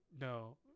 no